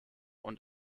und